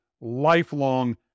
lifelong